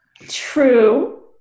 True